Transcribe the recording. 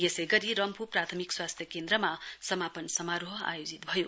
यसै गरी रम्फू प्राथमिक स्वास्थ्य केन्द्रमा समापन समारोह आयोजित भयो